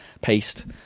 paste